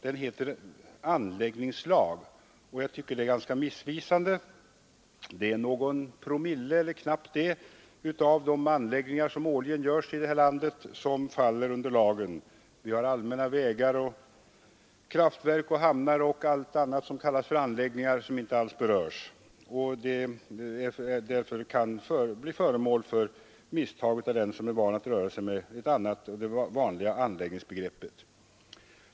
Den heter anläggningslag och jag tycker det är ganska missvisande. Det är någon promille, knappt det, av de anläggningar som årligen görs här i landet, "som faller under lagen, Vi har allmänna vägar, kraftverk, hamnar och allt annat som kallas för anläggningar men som inte alls berörs av lagen. Misstag kan därför lätt göras av den som är van att röra sig med det vanliga anläggningsbegreppet.